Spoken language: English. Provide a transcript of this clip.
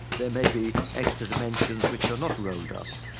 there may be extra dimensions which are not rolled up,